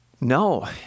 No